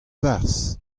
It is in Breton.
barzh